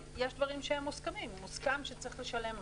דברים שהם מוסכמים מוסכם שצריך לשלם מס,